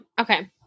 Okay